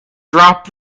drop